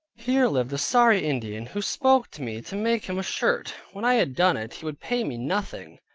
here lived a sorry indian, who spoke to me to make him a shirt. when i had done it, he would pay me nothing.